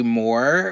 more